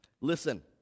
listen